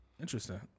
Interesting